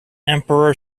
emperor